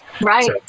Right